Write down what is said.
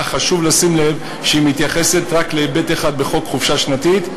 אך חשוב לשים לב שהיא מתייחסת רק להיבט אחד בחוק חופשה שנתית,